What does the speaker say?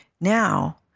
Now